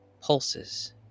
pulses